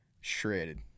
shredded